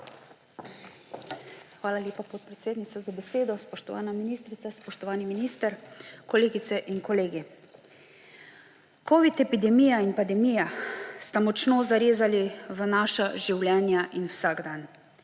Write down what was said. Hvala lepa, podpredsednica, za besedo. Spoštovana ministrica, spoštovani minister, kolegice in kolegi! Covid epidemija in pandemija sta močno zarezali v naša življenja in vsakdan.